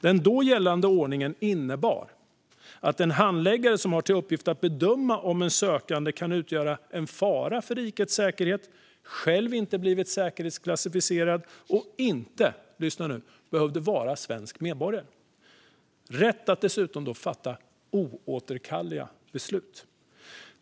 Den då gällande ordningen innebar att en handläggare som hade till uppgift att bedöma om en sökande utgör en fara för rikets säkerhet, som inte blivit säkerhetsklassificerad, och - lyssna nu! - inte heller behövde vara svensk medborgare, hade rätt att fatta oåterkalleliga beslut.